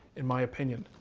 in my opinion.